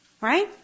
Right